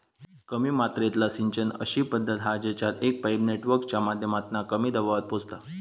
कमी मात्रेतला सिंचन अशी पद्धत हा जेच्यात एक पाईप नेटवर्कच्या माध्यमातना कमी दबावात पोचता